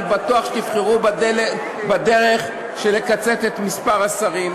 אני בטוח שתבחרו בדרך של קיצוץ מספר השרים.